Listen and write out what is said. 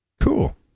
Cool